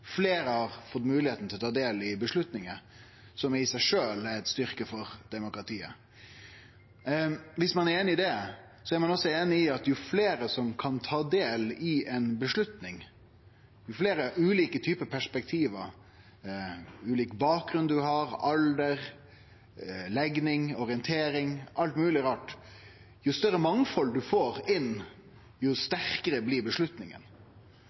Fleire har fått moglegheit til å ta del i avgjerder, noko som i seg sjølv er ein styrke for demokratiet. Viss ein er einig i det, er ein også einig i at jo fleire som kan ta del i ei avgjerd, jo fleire ulike typar perspektiv ein får, jo fleire med ulik bakgrunn ein har, jo fleire med ulik alder, jo fleire med ulike legningar og orienteringar – alt mogleg rart – jo større mangfald ein får inn,